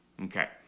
Okay